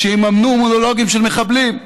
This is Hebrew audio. שיממנו מונולוגים של מחבלים.